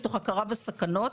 מתוך הכרה בסכנות,